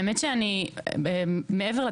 ואז יש להן גם את המשפחות שלהן.